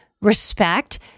respect